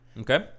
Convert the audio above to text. Okay